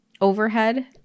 overhead